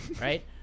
right